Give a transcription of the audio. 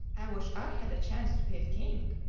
i wish i had a chance to be a king.